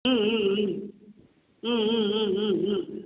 ம் ம் ம் ம் ம் ம் ம் ம்